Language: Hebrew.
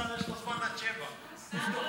לשר יש זמן עד 19:00. הוא תורן,